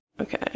okay